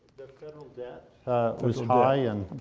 federal debt. it was high and